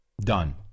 Done